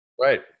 Right